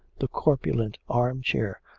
the corpulent arm-chair,